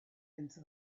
into